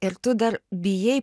ir tu dar bijai